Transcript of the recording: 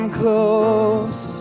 close